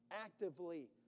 Actively